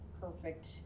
perfect